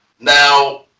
now